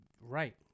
Right